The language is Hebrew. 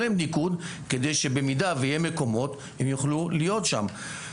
להם ניקוד כדי שבמידה שיהיו מקומות הם יוכלו להיות שם.